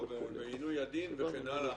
עינוי הדין וכן הלאה.